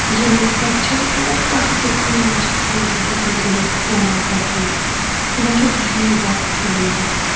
یِمن پٮ۪ٹھ چھِ أسۍ مطلب کانٛہہ تہِ کٲم چھِ أسۍ وٕنکیٚن ہیٚکان کٔرِتھ فونو پٮ۪ٹھٕے یِمن چھُ واریاہ زیادٕ فٲیدٕ